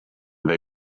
they